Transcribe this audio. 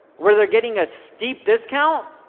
where they're getting a steep discount,